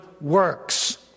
works